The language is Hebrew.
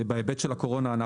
בהיבט של הקורונה,